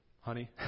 Honey